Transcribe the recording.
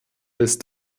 ist